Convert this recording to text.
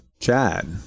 Chad